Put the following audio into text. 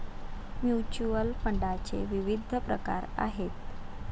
mutual फंडाचे विविध प्रकार आहेत